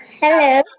Hello